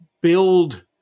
build